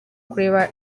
kureba